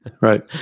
Right